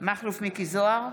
מכלוף מיקי זוהר,